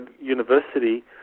University